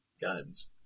guns